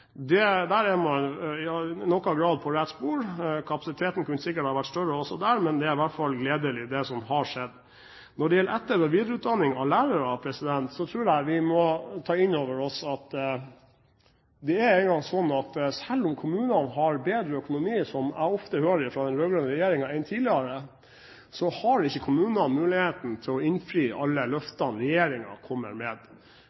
Der er man i noen grad på rett spor. Kapasiteten kunne sikkert ha vært større også der, men det er i hvert fall gledelig, det som har skjedd. Når det gjelder etter- og videreutdanning av lærere, tror jeg vi må ta inn over oss at det er nå engang slik at selv om kommunene har bedre økonomi, som jeg ofte hører fra den rød-grønne regjeringen, enn tidligere, har ikke kommunene mulighet til å innfri alle